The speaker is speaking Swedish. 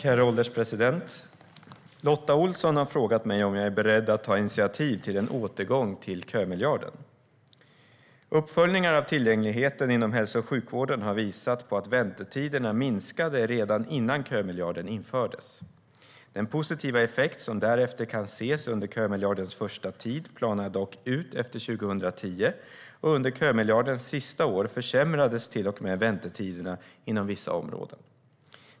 Herr ålderspresident! Lotta Olsson har frågat mig om jag är beredd att ta initiativ till en återgång till kömiljarden. Uppföljningar av tillgängligheten inom hälso och sjukvården har visat på att väntetiderna minskade redan innan kömiljarden infördes. Den positiva effekt som därefter kunde ses under kömiljardens första tid planade dock ut efter 2010, och under kömiljardens sista år försämrades till och med väntetiderna inom vissa områden.